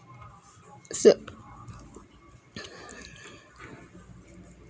so